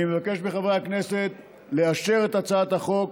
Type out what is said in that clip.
אני מבקש מחברי הכנסת לאשר את הצעת החוק